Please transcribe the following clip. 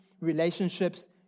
relationships